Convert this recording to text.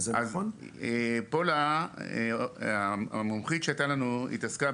פולה המומחית שהייתה לנו התעסקה